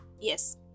Yes